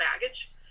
baggage